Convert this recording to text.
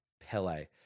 Pele